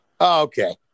okay